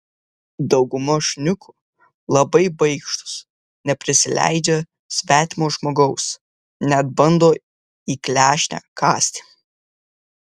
dauguma šuniukų labai baikštūs neprisileidžia svetimo žmogaus net bando į klešnę kąsti